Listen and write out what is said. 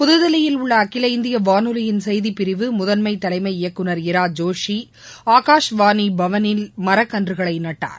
புதுதில்லியில் உள்ள அகில இந்திய வானொலியின் செய்திப்பிரிவு முதன்மை தலைமை இயக்குநர் இரா ஜோஷி ஆகாசவாணி பவனில் மரக்கன்றுகளை நட்டார்